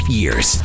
years